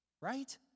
Right